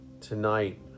tonight